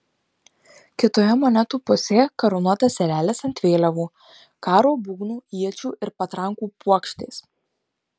kitoje monetų pusėje karūnuotas erelis ant vėliavų karo būgnų iečių ir patrankų puokštės